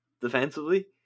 defensively